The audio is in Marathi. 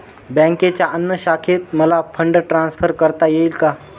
बँकेच्या अन्य शाखेत मला फंड ट्रान्सफर करता येईल का?